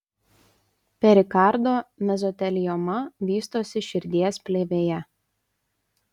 perikardo mezotelioma vystosi širdies plėvėje